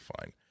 fine